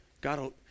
God